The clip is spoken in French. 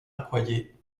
accoyer